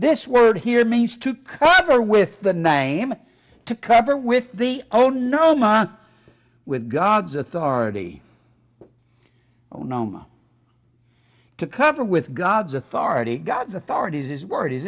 this word here means to cover with the name to cover with the oh no man with god's authority on noma to cover with god's authority god's authority is his word is